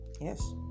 yes